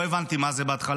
לא הבנתי מה זה בהתחלה.